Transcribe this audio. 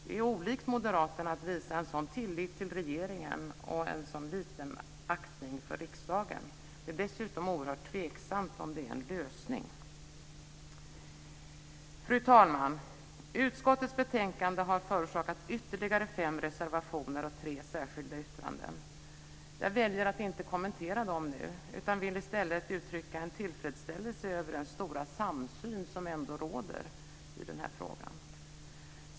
Det är olikt Moderaterna att visa en sådan tillit till regeringen och en sådan liten aktning för riksdagen. Det är dessutom oerhört tveksamt om det är en lösning. Fru talman! Utskottets betänkande har förorsakat ytterligare fem reservationer och tre särskilda yttranden. Jag väljer att inte kommentera dem nu, utan jag vill i stället uttrycka en tillfredsställelse över den stora samsyn som ändå råder i den här frågan.